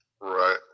right